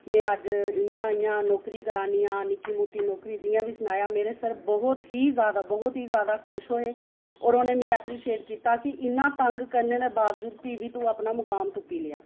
में अज्ज इ'यां इ'यां नौकरी करानीआं निक्की मुट्टी नौकरी जि'यां बी सनाया मेरे सर बहुत ही जैदा बहुत ही जैह्दा खुश होए होर उ'नें मिगी एपरिशेट कीता कि इन्ना तंग करने दे बावजूद बी तू अपना मुकाम तुप्पी लेआ